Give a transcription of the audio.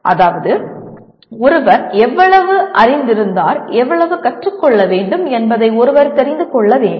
அதாவது ஒருவர் எவ்வளவு அறிந்திருந்தார் எவ்வளவு கற்றுக்கொள்ள வேண்டும் என்பதை ஒருவர் தெரிந்து கொள்ள வேண்டும்